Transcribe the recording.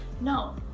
No